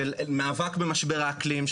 של מאבק במשבר האקלים,